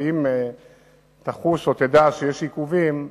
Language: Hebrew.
ואם תחוש או תדע שיש עיכובים,